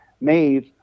Maeve